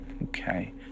Okay